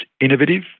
innovative